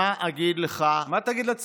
מה תגיד לצעירים?